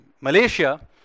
Malaysia